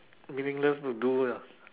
meaningless to do lah